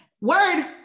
word